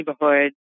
neighborhood